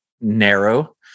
narrow